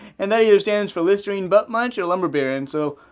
and that either stands for listerine butt-munch or lumber baron, so.